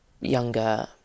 younger